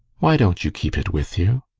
why don't you keep it with you?